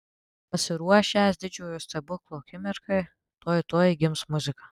pasiruošęs didžiojo stebuklo akimirkai tuoj tuoj gims muzika